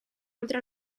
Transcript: oltre